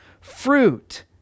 fruit